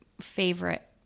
favorite